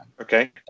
Okay